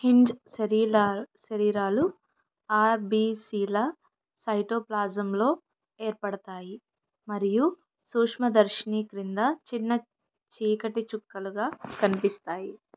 hinge శరీర శరీరాలు ఆర్బిసిల సైటోప్లాజంలో ఏర్పడతాయి మరియు సూక్ష్మదర్శిని క్రింద చిన్న చీకటి చుక్కలుగా కనిపిస్తాయి